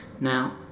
Now